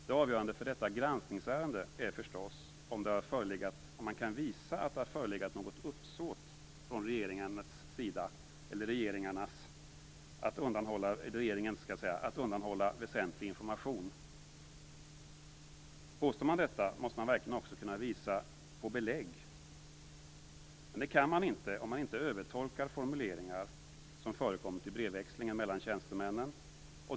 Det avgörande när det gäller detta granskningsärende är förstås om man kan visa att det har förelegat något uppsåt från regeringens sida att undanhålla väsentlig information. Om man påstår det måste man också kunna belägga det. Det kan man inte om man inte övertolkar formuleringar som har förekommit i brevväxlingen mellan tjänstemännen.